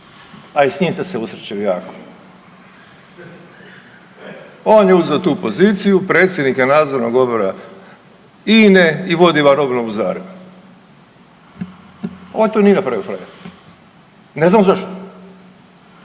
a i s njim ste se usrećili jako. On je uzeo tu poziciju predsjednika nadzornog odbora INA-e i vodi vam obnovu Zagreba. On to nije napravio frajer, ne znam zašto,